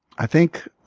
i think